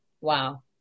wow